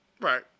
Right